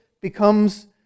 becomes